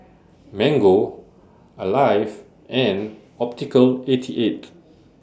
Mango Alive and Optical eighty eight